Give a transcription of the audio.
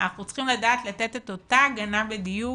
אנחנו צריכים לדעת לתת להם את אותה הגנה בדיוק